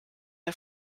der